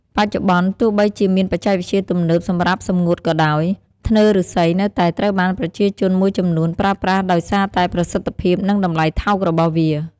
បច្ចុប្បន្ន ទោះបីជាមានបច្ចេកវិទ្យាទំនើបសម្រាប់សម្ងួតក៏ដោយ ធ្នើរឬស្សីនៅតែត្រូវបានប្រជាជនមួយចំនួនប្រើប្រាស់ដោយសារតែប្រសិទ្ធភាព និងតម្លៃថោករបស់វា។